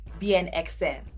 BNXN